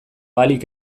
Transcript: ahalik